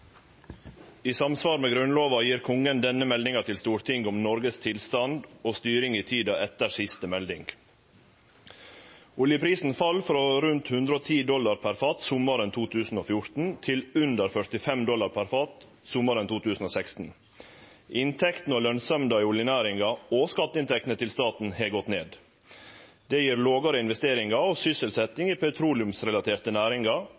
I samsvar med Grunnlova gir Kongen denne meldinga til Stortinget om Noregs tilstand og styring i tida etter siste melding. Oljeprisen fall frå rundt 110 dollar per fat sommaren 2014 til under 45 dollar per fat sommaren 2016. Inntektene og lønnsemda i oljenæringa og skatteinntektene til staten har gått ned. Det gir lågare investeringar og sysselsetjing i petroleumsrelaterte næringar,